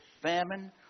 famine